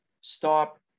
stop